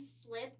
slip